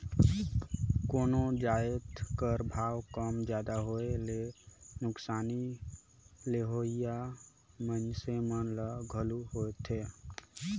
कोनो जाएत कर भाव कम जादा होए ले नोसकानी लेहोइया मइनसे मन ल घलो होएथे